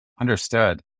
Understood